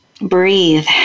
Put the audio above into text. Breathe